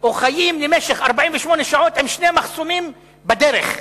או חיים למשך 48 שעות עם שני מחסומים בדרך.